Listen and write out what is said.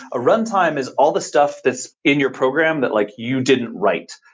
a runtime is all the stuff that's in your program that like you didn't write.